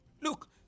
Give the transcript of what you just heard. Look